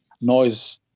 noise